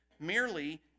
merely